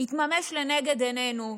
התממש לנגד עינינו.